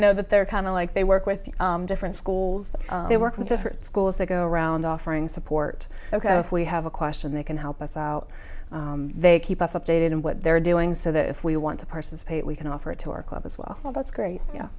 know that they're kind of like they work with the different schools that they work with different schools they go around offering support ok if we have a question they can help us out they keep us updated on what they're doing so that if we want to participate we can offer it to our club as well that's great y